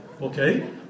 Okay